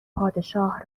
پادشاه